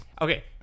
Okay